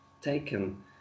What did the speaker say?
taken